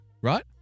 Right